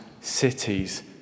cities